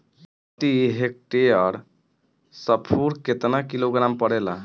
प्रति हेक्टेयर स्फूर केतना किलोग्राम परेला?